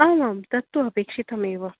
आमां तत्तु अपेक्षितमेव